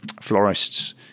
florist's